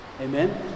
Amen